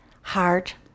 heart